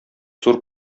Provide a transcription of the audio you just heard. зур